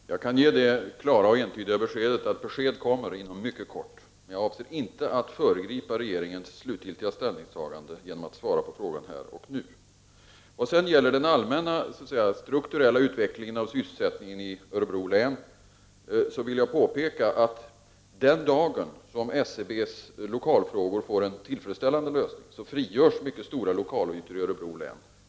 Herr talman! Jag kan ge det klara och entydiga beskedet att besked kommer inom mycket kort tid. Men jag avser inte att föregripa regeringens slutgiltiga ställningstagande genom att svara på frågan här och nu. Vad sedan gäller den allmänna strukturella utvecklingen av sysselsättningen i Örebro län vill jag påpeka att den dagen då SCB:s lokalfrågor får en tillfredsställande lösning frigörs mycket stora lokalytor i Örebro län.